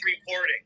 reporting